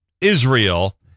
Israel